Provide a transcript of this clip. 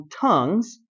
tongues